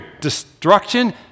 Destruction